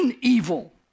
evil